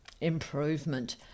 improvement